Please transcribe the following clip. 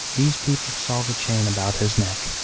these people saw the chain about his neck.